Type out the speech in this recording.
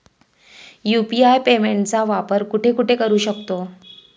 UPI पेमेंटचा वापर कुठे कुठे करू शकतो?